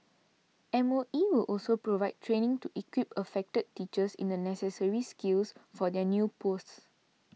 M O E will also provide training to equip affected teachers in the necessary skills for their new posts